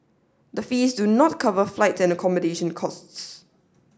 the fees do not cover flight and accommodation costs